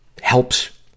helps